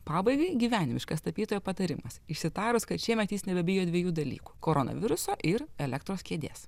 pabaigai gyvenimiškas tapytojo patarimas išsitarus kad šiemet jis nebebijo dviejų dalykų koronaviruso ir elektros kėdės